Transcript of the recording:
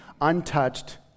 untouched